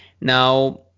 now